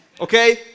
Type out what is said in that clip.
okay